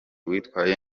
witwaye